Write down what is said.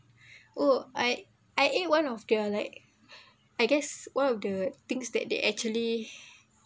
oh I I ate one of the like I guess one of the things that they actually